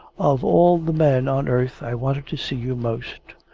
of all the men on earth, i wanted to see you most.